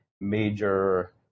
major